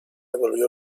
volvió